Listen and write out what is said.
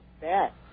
bet